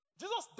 Jesus